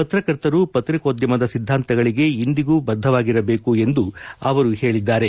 ಪತ್ರಕರ್ತರು ಪತ್ರಿಕೋದ್ಚಮದ ಸಿದ್ದಾಂತಗಳಿಗೆ ಎಂದಿಗೂ ಬದ್ದವಾಗಿರಬೇಕು ಎಂದು ಅವರು ಹೇಳಿದ್ದಾರೆ